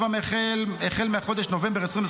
כבר החל מחודש נובמבר 2024,